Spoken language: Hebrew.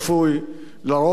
לרוב הדומם,